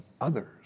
others